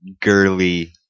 girly